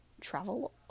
Travel